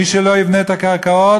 מי שלא יבנה בקרקעות,